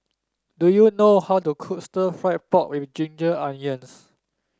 do you know how to cook stir fry pork with Ginger Onions